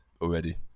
already